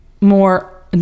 more